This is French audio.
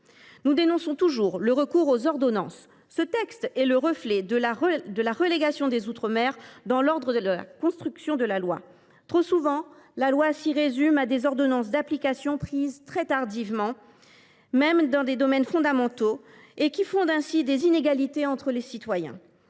Nous dénonçons toujours le recours aux ordonnances. Ce texte est le reflet de la relégation des outre mer dans l’ordre de la construction de la loi. Trop souvent, la loi s’y résume à des ordonnances d’application prises très tardivement, y compris dans des domaines fondamentaux ; ainsi se trouvent fondées des inégalités entre citoyens.